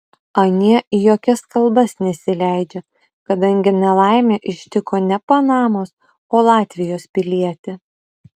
anie į jokias kalbas nesileidžia kadangi nelaimė ištiko ne panamos o latvijos pilietį